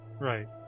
Right